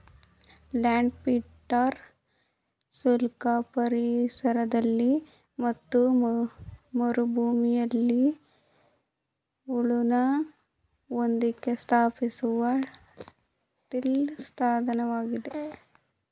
land printer ಶುಷ್ಕ ಪರಿಸರದಲ್ಲಿ ಮತ್ತು ಮರುಭೂಮಿಲಿ ಹುಲ್ಲಿನ ಹೊದಿಕೆ ಸ್ಥಾಪಿಸುವ ಟಿಲ್ ಸಾಧನವಾಗಿದೆ